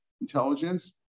intelligence